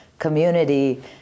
community